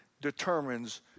determines